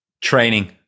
Training